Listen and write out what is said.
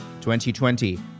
2020